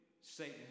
Satan